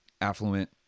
affluent